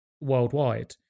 worldwide